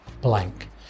blank